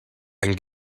and